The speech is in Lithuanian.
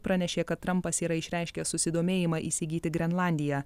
pranešė kad trampas yra išreiškęs susidomėjimą įsigyti grenlandiją